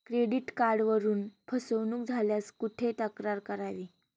Credit कार्डवरून फसवणूक झाल्यास कुठे तक्रार करावी?